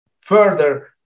further